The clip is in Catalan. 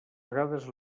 vegades